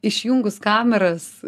išjungus kameras